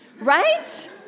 right